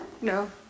no